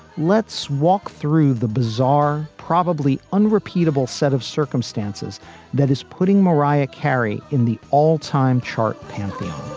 let's walk through the bazaar. probably unrepeatable set of circumstances that is putting mariah carey in the all time chart pantheon